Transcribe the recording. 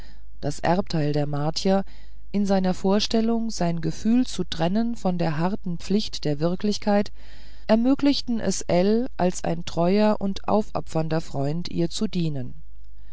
das erbteil der martier in seiner vorstellung sein gefühl zu trennen von den harten pflichten der wirklichkeit ermöglichten es ell als ein treuer und aufopfernder freund ihr zu dienen